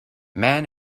man